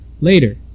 Later